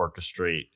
orchestrate